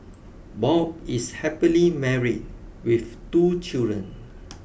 Bob is happily married with two children